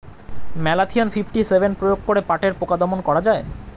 Malathion fifty seven প্রয়োগ করে পাটের পোকা দমন করা যায়?